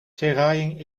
seraing